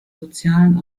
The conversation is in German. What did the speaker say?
sozialen